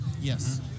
Yes